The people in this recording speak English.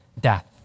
death